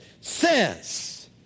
says